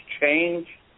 change